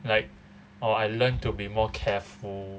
like oh I learned to be more careful